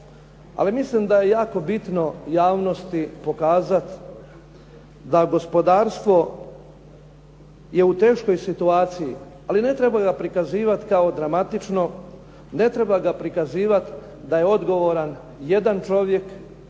mislim da je jako bitno javnosti pokazati da gospodarstvo je u teškoj situaciji ali ne treba ga prikazivati kao dramatično, ne treba ga prikazivati da je odgovoran jedan čovjek,